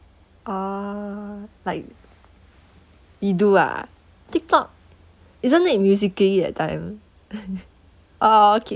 uh like you do ah TikTok isn't it Musical.ly that time ah okay